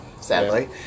sadly